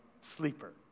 sleeper